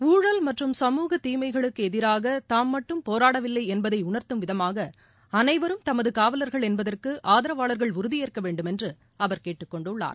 ஊழல் மற்றும் சமூக தீமைகளுக்குஎதிராகதாம் மட்டும் போராடவில்லைஎன்பதைஉணர்த்தும் விதமாகஅனைவரும் தமதுகாவலர்கள் என்பதற்குஆதரவாளர்கள் உறுதியேற்கவேண்டும் என்றுஅவர் கேட்டுக்கொண்டுள்ளார்